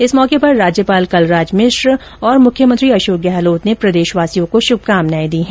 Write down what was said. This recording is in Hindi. इस मौके पर राज्यपाल कलराज मिश्र और मुख्यमंत्री अशोक गहलोत ने प्रदेशवासियों को शुभकामनाएं दी है